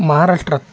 महाराष्ट्रात